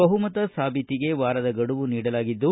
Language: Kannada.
ಬಹುಮತ ಸಾಬೀತಿಗೆ ವಾರದ ಗಡುವು ನೀಡಲಾಗಿದ್ದು